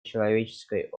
человеческой